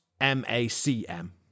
M-A-C-M